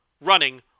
running